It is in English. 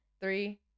three